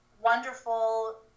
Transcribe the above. wonderful